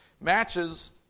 matches